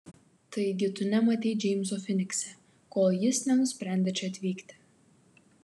taigi tu nematei džeimso finikse kol jis nenusprendė čia atvykti